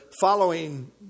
following